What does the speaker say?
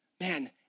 man